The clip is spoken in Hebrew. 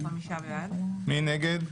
מי נגד?